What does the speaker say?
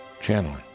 channeling